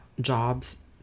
jobs